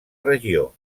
regió